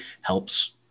helps